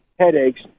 Headaches